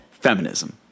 Feminism